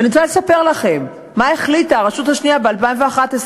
ואני רוצה לספר לכם מה החליטה הרשות השנייה ב-2011.